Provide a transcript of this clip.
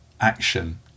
action